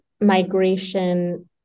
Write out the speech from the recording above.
migration